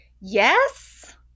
Yes